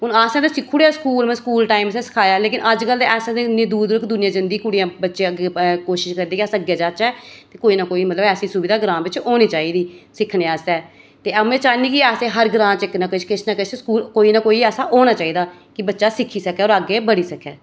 हून असें ते सिक्खी ओड़ेआ सकूल म स्कूल टाइम च असें सखाया लेकिन अजकल ऐसा ते इन्नी दूर दूर तगर दुनिया जंदी कुड़ियां बच्चे अग्गें कोशिश करदे कि अस अग्गें जाह्चै कोई ना कोई मतलब ऐसी सुविधा ग्रांऽ बिच होनी चाहिदी सिक्खनै आस्तै ते अऊं एह् चाह्न्नीं कि हर ग्रांऽ च इक किश ना किश स्कूल कोई ना कोई ऐसा होना चाहिदा कि बच्चा सिक्खी सकै होर अग्गें बधी सकै